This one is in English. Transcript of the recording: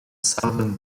southern